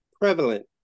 prevalent